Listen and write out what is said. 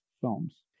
films